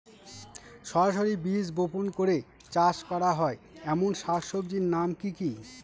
সরাসরি বীজ বপন করে চাষ করা হয় এমন শাকসবজির নাম কি কী?